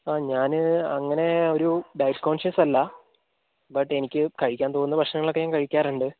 ആ ഞാൻ അങ്ങനെ ഒരു ഡയറ്റ് കോൺഷ്യസ് അല്ല ബട്ട് എനിക്ക് കഴിക്കാൻ തോന്നുന്ന ഭക്ഷണങ്ങളൊക്കെ ഞാൻ കഴിക്കാറുണ്ട്